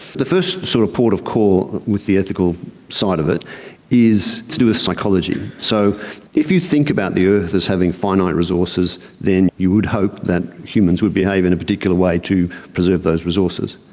the first sort of port of call with the ethical side of it is to do with psychology. so if you think about the earth as having finite resources, then you would hope that humans would behave in a particular way to preserve those resources.